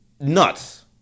nuts